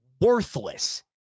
worthless